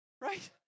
Right